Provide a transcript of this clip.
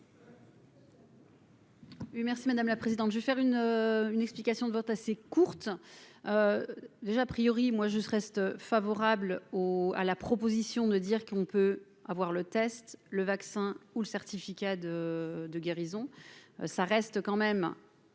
Merci madame la présidente, je vais faire une une explication de vote assez courte déjà priori moi je reste favorable au à la proposition de dire qu'on peut avoir le test, le vaccin ou le certificat de de guérison,